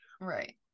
right